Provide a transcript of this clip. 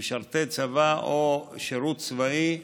למשרתי צבא או שירות צבאי,